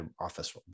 office